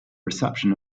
reception